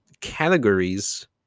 categories